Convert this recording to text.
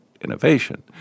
innovation